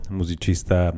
musicista